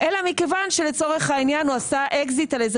אלא מכיוון שלצורך העניין הוא עשה אקזיט על איזה